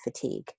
fatigue